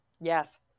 yes